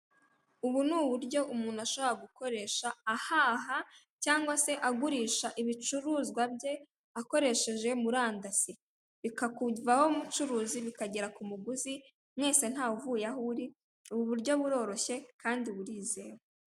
Ubu n'uburyo umuntu ashobora gukoresha ahaha cyangwa se agurisha ibicuruzwa bye akoresheje murandasi, bikakuvaho mucuruzi bikagera k'umuguzi mwese ntawe uvuye aho uri ubu buryo buroroshye kandi burizewe.